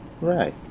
right